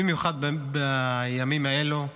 במיוחד בימים האלו,